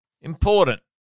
important